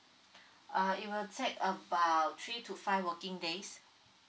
uh it will take about three to five working days